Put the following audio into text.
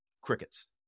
crickets